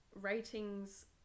Ratings